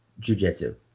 jujitsu